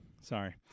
Sorry